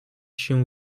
się